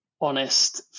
honest